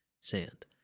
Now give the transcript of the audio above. Sand